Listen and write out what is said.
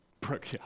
Brooke